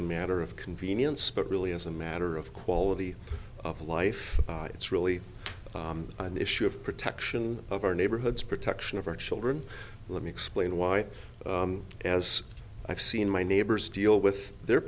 a matter of convenience but really as a matter of quality of life it's really an issue of protection of our neighborhoods protection of our children let me explain why as i've seen my neighbors deal with their